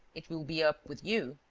it will be up with you.